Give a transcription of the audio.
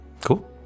Cool